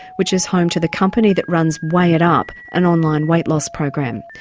which is home to the company that runs weigh it up, an online weight loss program.